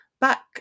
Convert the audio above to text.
back